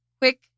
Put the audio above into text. Quick